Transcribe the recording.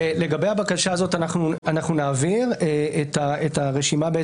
לגבי הבקשה הזאת, אנחנו נעביר את הרשימה של